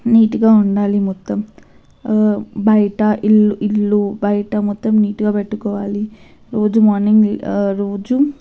నీట్గా ఉండాలి మొత్తం బయట ఇల్లు ఇల్లు బయట మొత్తం నీట్గా పెట్టుకోవాలి రోజు మార్నింగ్ రోజు